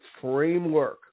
Framework